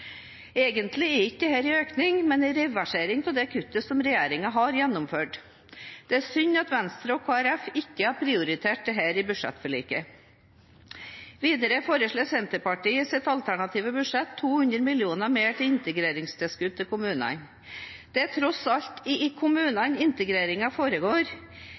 Egentlig er ikke dette en økning, men en reversering av det kuttet som regjeringen har gjennomført. Det er synd at Venstre og Kristelig Folkeparti ikke har prioritert dette i budsjettforliket. Videre foreslår Senterpartiet i sitt alternative budsjett 200 mill. kr mer til integreringstilskudd til kommunene. Det er tross alt i kommunene integreringen foregår.